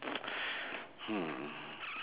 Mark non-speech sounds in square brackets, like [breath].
[breath] hmm